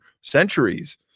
centuries